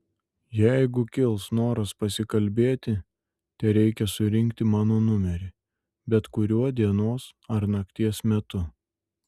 jeigu kils noras pasikalbėti tereikia surinkti mano numerį bet kuriuo dienos ar nakties metu